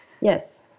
Yes